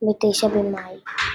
ב-9 במאי.